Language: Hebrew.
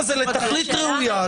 אז זה לתכלית ראויה,